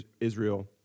Israel